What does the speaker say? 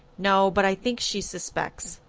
no but i think she suspects.